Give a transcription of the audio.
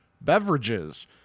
Beverages